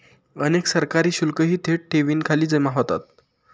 अनेक सरकारी शुल्कही थेट ठेवींखाली जमा होतात